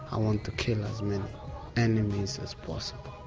i want to kill as many enemies as possible'.